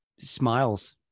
Smiles